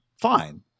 Fine